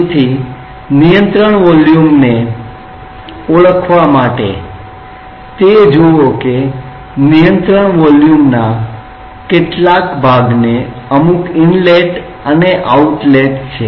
તેથી નિયંત્રણ વોલ્યુમને ઓળખવા માટે તે જુઓ કે નિયંત્રણ વોલ્યુમના કેટલાક ભાગને અમુક ઇનલેટ અને આઉટલેટ છે